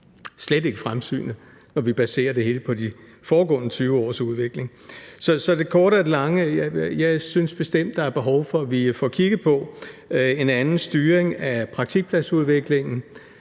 slet ikke fremsynet, når vi baserer det hele på de foregående 20 års udvikling. Så det korte af det lange: Jeg synes bestemt, at der er behov for, at vi får kigget på en anden styring af praktikpladsudviklingen.